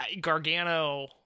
Gargano